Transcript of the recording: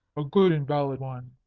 a good and valid one.